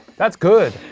that's good.